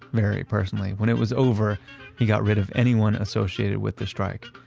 very personally. when it was over he got rid of anyone associated with the strike,